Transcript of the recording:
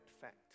fact